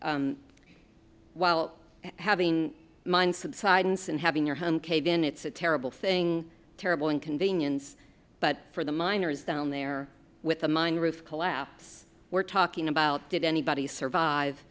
risk while having mine subsidence and having your home caved in it's a terrible thing terrible inconvenience but for the miners down there with the mine roof collapse we're talking about did anybody survive